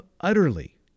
utterly